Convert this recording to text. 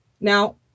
Now